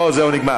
לא, זהו, נגמר.